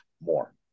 more